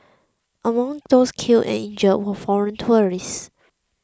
among those killed and injured were foreign tourists